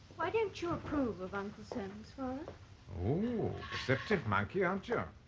why don't you approve of uncle soames father? perceptive monkey aren't you?